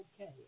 okay